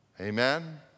Amen